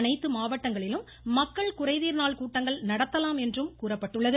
அனைத்து மாவட்டங்களிலும் மக்கள் குறைதீர் நாள் கூட்டங்கள் நடத்தலாம் என்றும் கூறப்பட்டுள்ளது